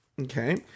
Okay